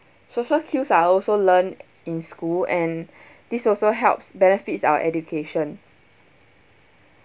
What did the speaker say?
social cues are also learnt in school and this also helps benefits our education